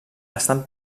estan